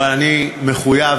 אבל אני מחויב